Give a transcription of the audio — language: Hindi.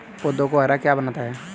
पौधों को हरा क्या बनाता है?